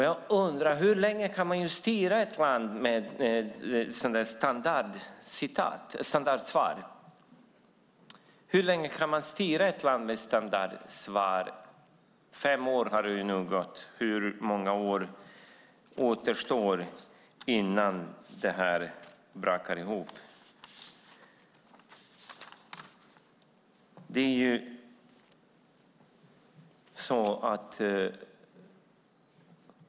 Jag undrar hur länge man kan styra ett land med sådana standardsvar. Hur länge kan man göra det? Nu har det gått fem år. Hur många år återstår innan detta brakar ihop?